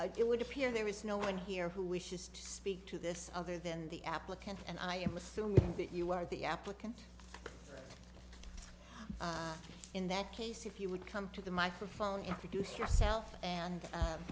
do would appear there is no one here who wishes to speak to this other than the applicant and i assume that you are the applicant in that case if you would come to the microphone introduce yourself and